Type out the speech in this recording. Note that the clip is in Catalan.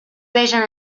vegen